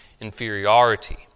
inferiority